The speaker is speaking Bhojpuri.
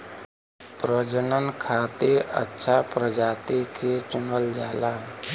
प्रजनन खातिर अच्छा प्रजाति के चुनल जाला